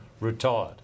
retired